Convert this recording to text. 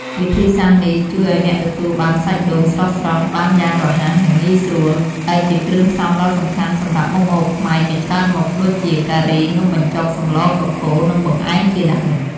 វិធីសាស្រ្តនេះជួយឱ្យអ្នកទទួលបានសាច់ដូងស្រស់ៗបានយ៉ាងរហ័ស និងងាយស្រួល ដែលជាគ្រឿងផ្សំដ៏សំខាន់សម្រាប់មុខម្ហូបខ្មែរជាច្រើនមុខ ដូចជាការី នំបញ្ចុក សម្លកកូរ និងបង្អែមជាដើម។